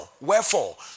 Wherefore